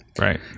Right